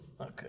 Okay